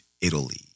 Italy